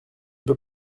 peux